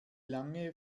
lange